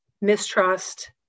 mistrust